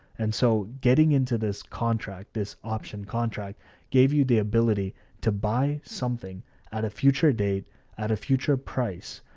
and so getting into this contract, this option contract gave you the ability to buy something at a future date at a future price.